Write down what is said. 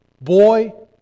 Boy